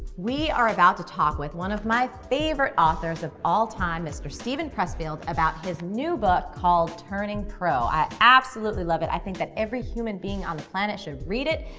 we are about to talk with one of my favorite authors of all time, mr. steven pressfield, about his new book called turning pro. i absolutely love it, i think that every human being on the planet should read it,